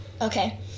Okay